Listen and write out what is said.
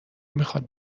میخواد